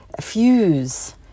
fuse